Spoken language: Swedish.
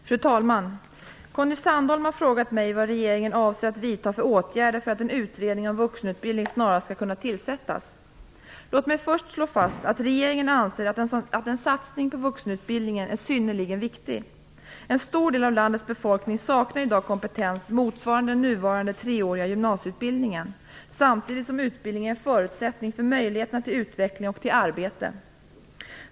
Fru talman! Conny Sandholm har frågat mig vad regeringen avser att vidta för åtgärder för att en utredning om vuxenutbildning snarast skall kunna tillsättas. Låt mig först slå fast att regeringen anser att en satsning på vuxenutbildning är synnerligen viktig. En stor del av landets befolkning saknar i dag kompetens motsvarande den nuvarande treåriga gymnasieutbildningen, samtidigt som utbildning är en förutsättning för möjligheterna till utveckling och arbete.